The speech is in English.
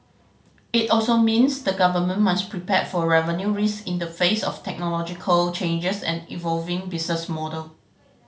it also means the government must prepare for revenue risk in the face of technological changes and evolving business model